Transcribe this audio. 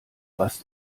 was